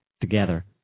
together